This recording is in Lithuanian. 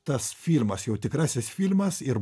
tas filmas jau tikrasis filmas ir